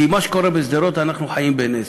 כי מה שקורה בשדרות, אנחנו חיים בנס.